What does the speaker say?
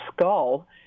skull